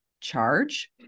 Charge